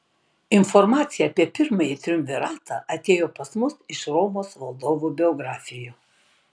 informacija apie pirmąjį triumviratą atėjo pas mus iš romos valdovų biografijų